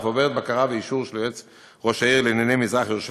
ואף עוברת בקרה ואישור של יועץ ראש העיר לענייני מזרח-ירושלים.